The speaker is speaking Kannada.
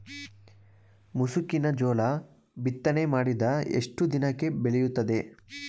ಮುಸುಕಿನ ಜೋಳ ಬಿತ್ತನೆ ಮಾಡಿದ ಎಷ್ಟು ದಿನಕ್ಕೆ ಬೆಳೆಯುತ್ತದೆ?